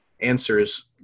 answers